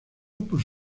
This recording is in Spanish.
por